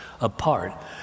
apart